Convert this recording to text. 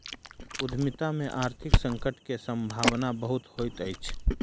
उद्यमिता में आर्थिक संकट के सम्भावना बहुत होइत अछि